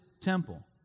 temple